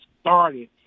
started